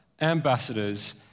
ambassadors